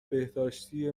بهداشتی